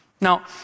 Now